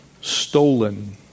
stolen